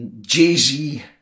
Jay-Z